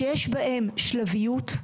שיש בהם שלביות,